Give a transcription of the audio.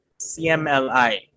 CMLI